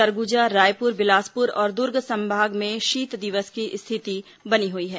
सरगुजा रायपुर बिलासपुर और दुर्ग संभाग में शीत दिवस की स्थिति बनी हुई है